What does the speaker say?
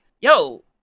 yo